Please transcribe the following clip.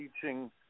teaching